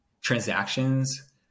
transactions